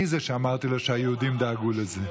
אני זה שאמרתי לו שהיהודים דאגו לזה.